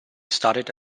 studied